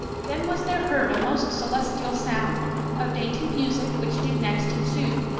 then was there heard a most celestial sound of dainty music which did next ensue,